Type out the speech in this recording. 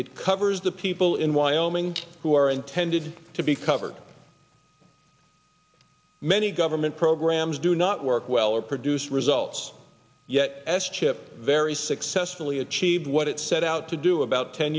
it covers the people in wyoming who are intended to be covered many government programs do not work well or produce results yet s chip very successfully achieved what it set out to do about ten